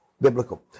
biblical